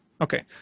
Okay